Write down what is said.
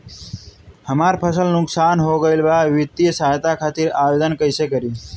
हमार फसल नुकसान हो गईल बा वित्तिय सहायता खातिर आवेदन कइसे करी?